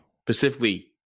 specifically